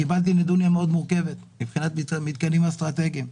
קיבלתי נדוניה מורכבת מאוד מבחינת מתקנים אסטרטגיים,